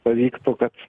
pavyktų kad